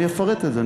אני אפרט את זה.